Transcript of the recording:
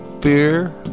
fear